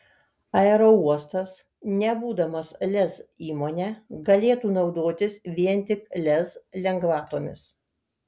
aerouostas nebūdamas lez įmone galėtų naudotis vien tik lez lengvatomis